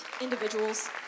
individuals